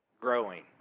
growing